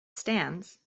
stands